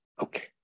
Okay